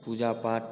पूजा पाठ